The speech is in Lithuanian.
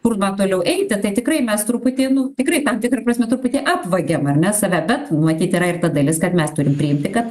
kur na toliau eiti tai tikrai mes truputė nu tikrai tam tikra prasme truputį apvagiame ar ne save bet matyt yra ir ta dalis kad mes turime priimti kad